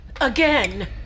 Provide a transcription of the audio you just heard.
Again